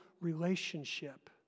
relationship